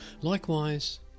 Likewise